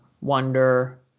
wonder